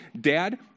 Dad